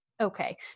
Okay